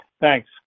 Thanks